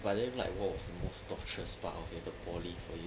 but then like what was the most torturous part of the poly for you